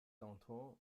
danton